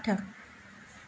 अठ